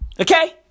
Okay